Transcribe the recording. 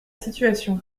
situation